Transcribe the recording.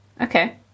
Okay